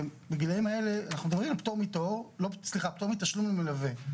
בגילאים האלה, אנחנו מדברים פטור מתשלום למלווה.